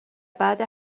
بعد